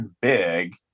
big